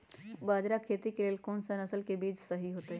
बाजरा खेती के लेल कोन सा नसल के बीज सही होतइ?